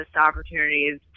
opportunities